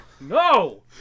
No